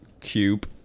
cube